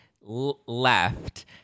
left